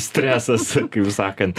stresas kaip sakant